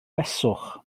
beswch